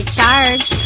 charge